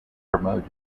promoted